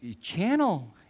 channel